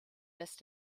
lässt